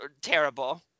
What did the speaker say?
terrible